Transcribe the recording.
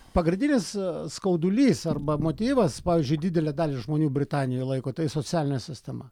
pagrindinis skaudulys arba motyvas pavyzdžiui didelę dalį žmonių britanijoj laiko tai socialinė sistema